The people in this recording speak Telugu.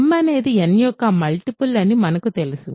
m అనేది n యొక్క మల్టిపుల్ అని మనకు తెలుసు